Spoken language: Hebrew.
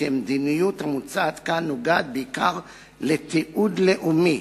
המדיניות המוצעת כאן נוגעת בעיקר בתיעוד לאומי,